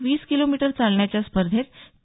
वीस kilometre चालण्याच्या स्पर्धेत के